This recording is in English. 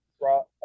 brought